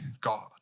God